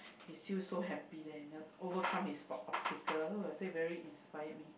he still so happy leh never overcome his obstacle I say very inspired me